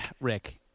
Rick